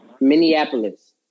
Minneapolis